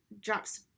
drops